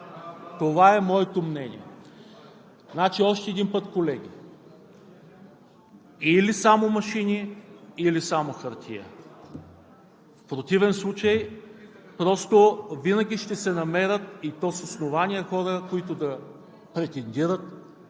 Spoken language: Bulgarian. Това е моето мнение. Още веднъж, колеги: или само машини, или само хартия. В противен случай, винаги ще се намерят, и то с основание, хора, които да претендират,